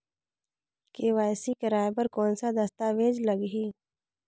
KYC कराय बर कौन का दस्तावेज लगही?